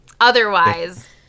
otherwise